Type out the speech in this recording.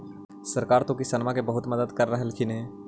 सरकार तो किसानमा के बहुते मदद कर रहल्खिन ह?